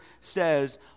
says